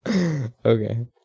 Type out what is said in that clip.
Okay